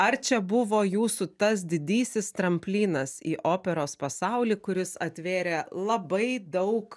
ar čia buvo jūsų tas didysis tramplinas į operos pasaulį kuris atvėrė labai daug